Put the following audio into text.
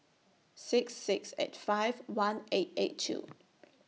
six six eight five one eight eight two